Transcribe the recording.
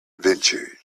ventured